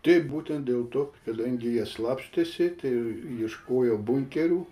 taip būtent dėl to kadangi jie slapstėsi tai ir ieškojo bunkerių